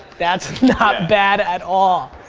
that's not bad at all.